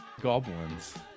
goblins